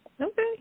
Okay